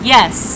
Yes